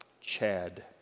Chad